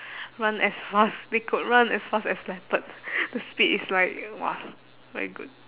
run as fast they could run as fast as leopard the speed is like !wah! very good